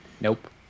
Nope